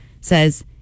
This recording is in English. says